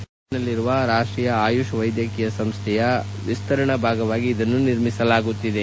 ಬೆಂಗಳೂರಿನಲ್ಲಿರುವ ರಾಷ್ಟೀಯ ಆಯುಷ್ ವೈದ್ಯಕೀಯ ಸಂಸ್ಥೆಯ ವಿಸ್ತರಣಾ ಭಾಗವಾಗಿ ಇದನ್ನು ನಿರ್ಮಿಸಲಾಗುತ್ತಿದೆ